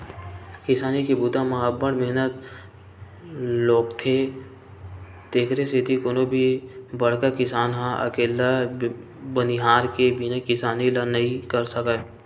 किसानी के बूता म अब्ब्ड़ मेहनत लोगथे तेकरे सेती कोनो भी बड़का किसान ह अकेल्ला बनिहार के बिना किसानी ल नइ कर सकय